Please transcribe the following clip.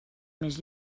més